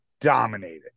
dominated